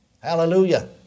Hallelujah